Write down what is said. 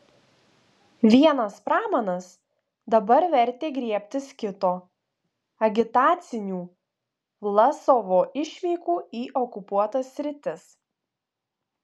vienas pramanas dabar vertė griebtis kito agitacinių vlasovo išvykų į okupuotas sritis